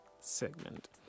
segment